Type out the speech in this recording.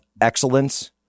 excellence